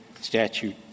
statute